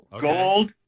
gold